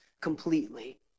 completely